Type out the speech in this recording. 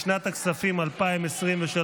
לשנת הכספים 2023,